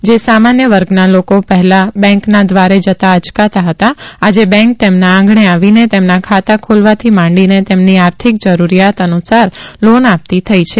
જે સામાન્ય વર્ગના લોકો પહેલા બેંકના દ્વારે જતા અચકાતા હતા આજે બેંક તેમના આંગણે આવીને તેમના ખાતા ખોલવાથી માંડીને તેમની આર્થિક જરૂરીયાત અનુસાર લોન આપતી થઇ છે